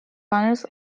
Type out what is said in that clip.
panels